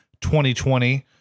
2020